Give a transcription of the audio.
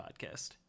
podcast